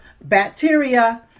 bacteria